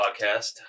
podcast